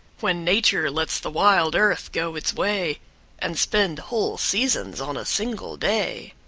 when nature lets the wild earth go its way and spend whole seasons on a single day.